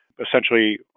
Essentially